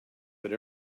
that